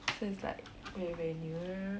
so it's like very very near